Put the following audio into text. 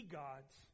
gods